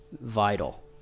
vital